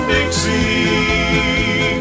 Dixie